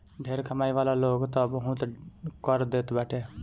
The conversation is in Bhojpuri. ढेर कमाए वाला लोग तअ बहुते कर देत बाटे